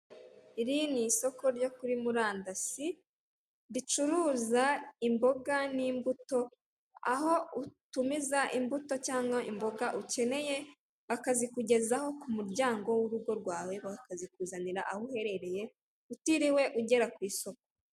Iri ni isoko ryo kuri murandasi, ricuruza imboga n'imbuto, aho utumiza imbuto cyangwa imboga ukeneye, bakazikugezaho ku muryango w'urugo rwawe, bakazikuzanira aho uherereye, utiriwe ugera ku isoko.